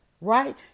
Right